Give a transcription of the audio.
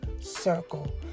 circle